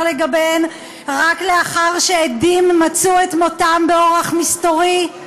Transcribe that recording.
לגביהן רק לאחר שעדים מצאו את מותם באורח מסתורי?